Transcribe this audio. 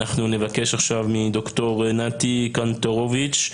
נבקש עכשיו מד"ר נתי קנטרוביץ'